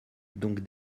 donc